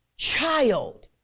child